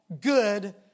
Good